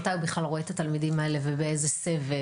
מתי הוא בכלל רואה את התלמידים האלה ובאיזה סבב?